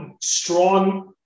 strong